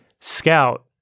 scout